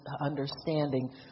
understanding